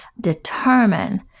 determine